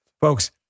Folks